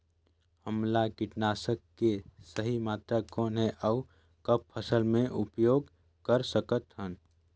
हमला कीटनाशक के सही मात्रा कौन हे अउ कब फसल मे उपयोग कर सकत हन?